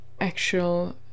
actual